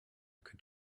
could